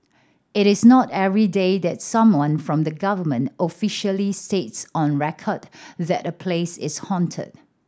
it is not everyday that someone from the government officially states on record that a place is haunted